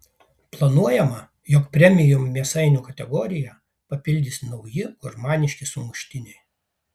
planuojama jog premium mėsainių kategoriją papildys nauji gurmaniški sumuštiniai